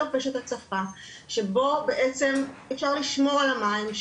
לו פשט הצפה שבו בעצם אפשר לשמור על המים,